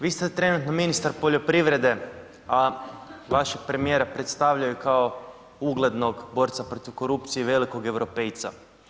Vi ste trenutno ministar poljoprivrede a vašeg premijera predstavljaju kao uglednog borca protiv korupcije, velikog europejca.